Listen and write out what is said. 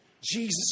Jesus